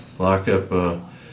Lockup